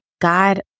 God